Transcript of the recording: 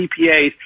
CPAs